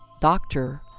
doctor